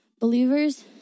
Believers